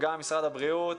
משרד הבריאות,